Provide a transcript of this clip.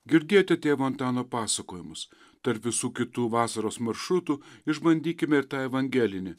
girdėjote tėvo antano pasakojimus tarp visų kitų vasaros maršrutų išbandykime ir tą evangelinį